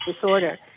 disorder